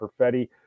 Perfetti